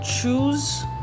Choose